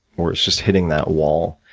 or is just hitting that wall,